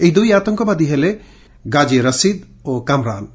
ଏହି ଦୁଇ ଆତଙ୍ବାଦୀ ହେଲେ ଗାଜି ରସିଦ୍ ଓ କାମ୍ରାନ୍